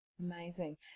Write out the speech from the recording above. Amazing